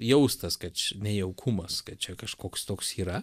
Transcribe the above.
jaustas kad čia nejaukumas kad čia kažkoks toks yra